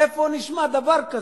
איפה נשמע דבר כזה?